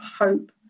hope